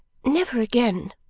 never again